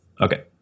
Okay